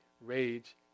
rage